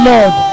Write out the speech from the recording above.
Lord